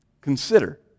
Consider